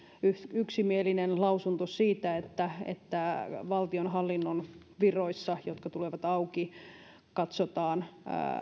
yksimielinen lausunto siitä että että valtionhallinnon viroissa jotka tulevat auki katsotaan